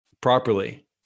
properly